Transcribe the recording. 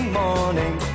morning